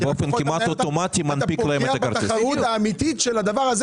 אתה באופן כמעט אוטומטי מנפיק להם את הכרטיס.